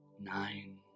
Nine